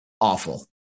awful